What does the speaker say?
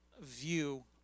view